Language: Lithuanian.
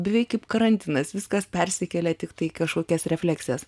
beveik kaip karantinas viskas persikelia tiktai į kažkokias refleksijas